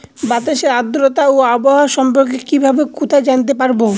বাতাসের আর্দ্রতা ও আবহাওয়া সম্পর্কে কিভাবে কোথায় জানতে পারবো?